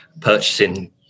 purchasing